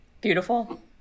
beautiful